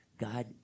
God